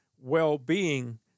well-being